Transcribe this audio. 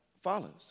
follows